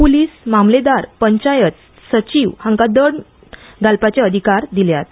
प्लिस मामलेदार पंचायत सचिव हांका दंड घालपाचे अधिकार दिल्यात